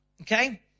Okay